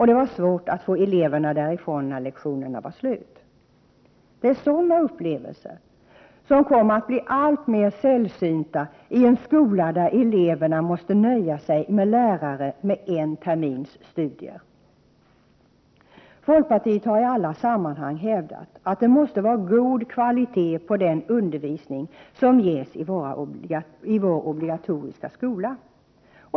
Det var svårt att få eleverna därifrån när lektionerna var slut. Det är sådana upplevelser som kommer att bli alltmer sällsynta i en skola där eleverna måste nöja sig med lärare med en termins studier. Folkpartiet har i alla sammanhang hävdat att det måste vara god kvalitet på den undervisning som ges i vår obligatoriska skola.